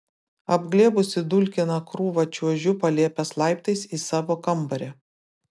apglėbusi dulkiną krūvą čiuožiu palėpės laiptais į savo kambarį